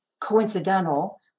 coincidental